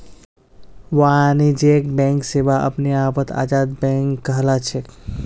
वाणिज्यिक बैंक सेवा अपने आपत आजाद बैंक कहलाछेक